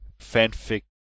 fanfic